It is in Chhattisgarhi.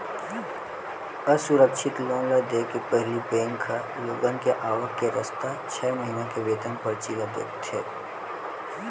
असुरक्छित लोन ल देय के पहिली बेंक ह लोगन के आवक के रस्ता, छै महिना के वेतन परची ल देखथे